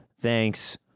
Thanks